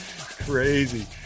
crazy